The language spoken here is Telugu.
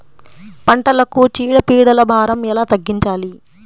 పంటలకు చీడ పీడల భారం ఎలా తగ్గించాలి?